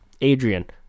adrian